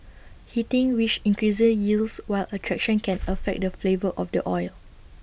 heating which increases yields while extraction can affect the flavour of the oil